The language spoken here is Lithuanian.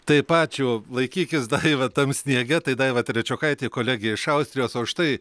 taip ačiū laikykis daiva tam sniege tai daiva trečiokaitė kolegė iš austrijos o štai